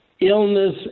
illness